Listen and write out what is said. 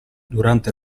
durante